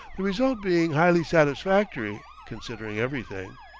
the result being highly satisfactory, considering everything.